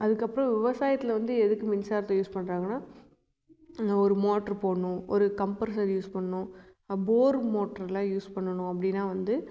அதற்கப்றோம் விவசாயத்தில் வந்து எதற்கு மின்சாரத்தை யூஸ் பண்ணுறாங்கன்னா அங்கே ஒரு மோட்ரு போடணும் ஒரு கம்பர்சர் யூஸ் பண்ணும் போரு மோட்ருலாம் யூஸ் பண்ணணும் அப்படின்னா வந்து